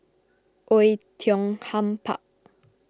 Oei Tiong Ham Park